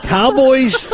Cowboys